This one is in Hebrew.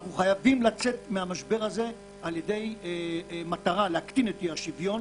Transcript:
אנחנו חייבים לצאת מהמשבר הזה על-ידי מטרה של להקטין את אי-השוויון